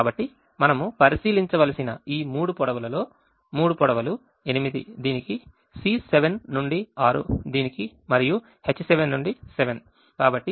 కాబట్టి మనం పరిశీలించవలసిన ఈ మూడు పొడవులలో మూడు పొడవులు 8 దీనికి C7 నుండి 6 దీనికి మరియు H7 నుండి 7